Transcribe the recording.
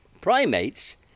Primates